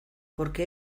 porque